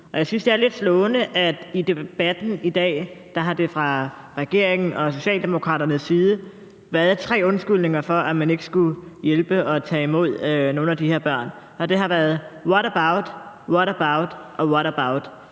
jeg synes, det er lidt slående, at i debatten i dag har der fra regeringens og Socialdemokraternes side været tre undskyldninger for, at man ikke skulle hjælpe og tage imod nogle af de her børn, og det har været what about, what about og what about.